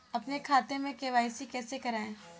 अपने खाते में के.वाई.सी कैसे कराएँ?